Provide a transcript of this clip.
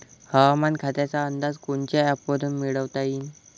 हवामान खात्याचा अंदाज कोनच्या ॲपवरुन मिळवता येईन?